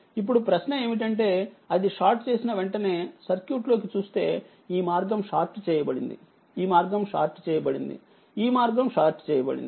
ఇప్పుడుప్రశ్న ఏమిటంటే అది షార్ట్ చేసిన వెంటనే సర్క్యూట్ లోకి చూస్తే ఈమార్గం షార్ట్ చేయబడింది ఈమార్గం షార్ట్ చేయబడింది ఈమార్గం షార్ట్ చేయబడింది